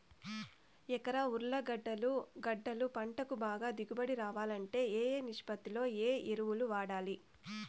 ఎకరా ఉర్లగడ్డలు గడ్డలు పంటకు బాగా దిగుబడి రావాలంటే ఏ ఏ నిష్పత్తిలో ఏ ఎరువులు వాడాలి?